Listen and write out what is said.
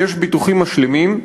יש ביטוחים משלימים,